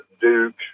Duke